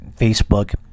Facebook